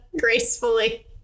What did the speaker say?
gracefully